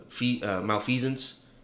malfeasance